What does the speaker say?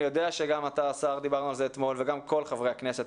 ואני יודע שגם אתה השר דיברנו על זה אתמול וגם כל חברי הכנסת,